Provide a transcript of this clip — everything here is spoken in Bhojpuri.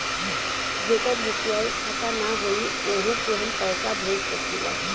जेकर यू.पी.आई खाता ना होई वोहू के हम पैसा भेज सकीला?